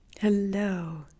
Hello